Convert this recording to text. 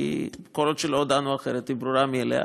כי כל עוד לא הודענו אחרת היא ברורה מאליה.